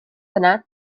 yna